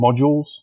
modules